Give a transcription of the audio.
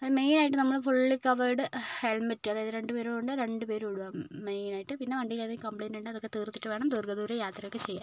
അത് മെയിനായിട്ട് നമ്മള് ഫുള്ളി കവേർഡ് ഹെൽമെറ്റ് അതായത് രണ്ട് പേരു ഉണ്ടെങ്കിൽ രണ്ട് പേരും ഇടുക മെയിനായിട്ട് പിന്നെ വണ്ടിയുടെ എന്തെങ്കിലും കംപ്ലൈൻറ്റ് ഉണ്ടെങ്കിൽ അതൊക്കെ തീർത്തിട്ട് വേണം ദീർഘ ദൂര യാത്രയൊക്കെ ചെയ്യാൻ